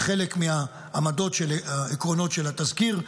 לחלק מהעקרונות של התזכיר.